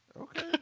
Okay